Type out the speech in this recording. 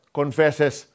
confesses